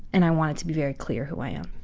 and i want it to be very clear who i am